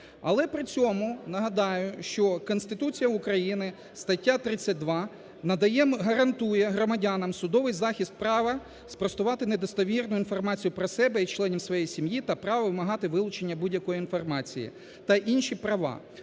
Але при цьому нагадаю, що Конституція України стаття 32 надає, гарантує громадянам судовий захист права спростувати недостовірну інформацію про себе і членів своєї сім'ї та право вимагати вилучення будь-якої інформації та інші права.